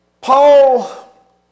Paul